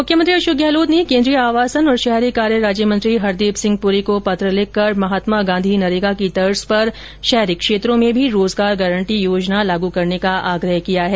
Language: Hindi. मुख्यमंत्री अशोक गहलोत ने केन्द्रीय आवासन और शहरी कार्य राज्यमंत्री हरदीप सिंह प्ररी को पत्र लिखकर महात्मा गांधी नरेगा की तर्ज पर शहरी क्षेत्रों में भी रोजगार गारंटी योजना लागू करने का आग्रह किया है